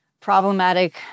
problematic